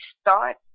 start